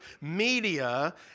media